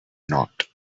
not